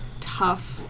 tough